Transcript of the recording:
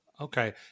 Okay